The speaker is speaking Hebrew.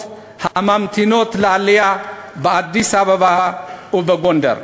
הממתינות לעלייה באדיס-אבבה ובגונדר.